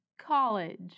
college